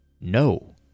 No